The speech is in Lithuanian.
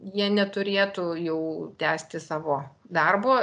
jie neturėtų jau tęsti savo darbo